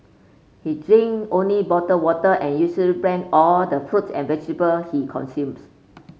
he drink only bottled water and usually blend all the fruits and vegetable he consumes